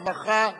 הרווחה,